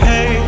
Hey